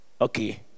Okay